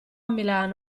milano